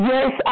Yes